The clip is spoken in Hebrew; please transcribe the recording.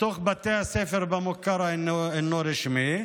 בתוך בתי הספר במוכר שאינו רשמי.